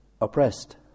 oppressed